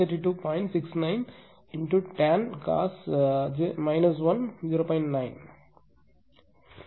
9 எனவே Q 205